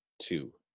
two